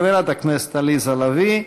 חברת הכנסת עליזה לביא.